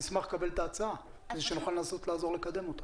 נשמח לקבל את ההצעה כדי שנוכל לנסות לעזור לקדם אותה.